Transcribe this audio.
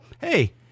Hey